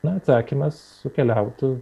na atsakymas sukeliautų